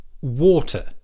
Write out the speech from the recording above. water